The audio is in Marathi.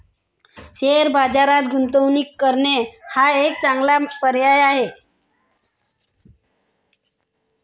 शेअर बाजारात गुंतवणूक करणे हा एक चांगला पर्याय आहे